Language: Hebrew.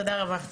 תודה רבה.